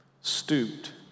stooped